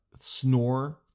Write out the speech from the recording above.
snore